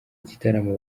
igitaramo